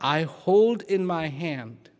i hold in my hand